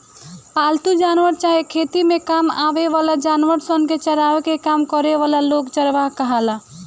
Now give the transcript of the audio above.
पालतू जानवर चाहे खेती में काम आवे वाला जानवर सन के चरावे के काम करे वाला लोग चरवाह कहाला